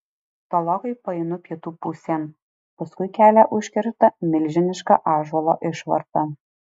tolokai paeinu pietų pusėn paskui kelią užkerta milžiniška ąžuolo išvarta